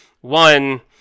one